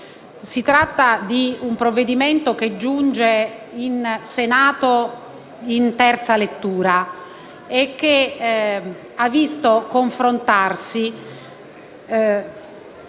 Si tratta di un provvedimento che giunge in Senato in terza lettura e che ha visto confrontarsi